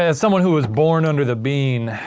and someone who was born under the bean,